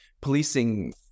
policing